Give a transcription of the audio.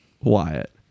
Wyatt